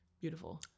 Beautiful